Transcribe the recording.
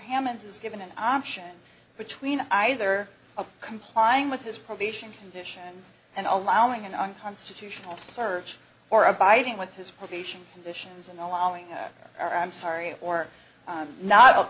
hammond's is given an option between either complying with his probation conditions and allowing an unconstitutional search or abiding with his probation conditions and allowing our i'm sorry or